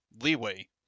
leeway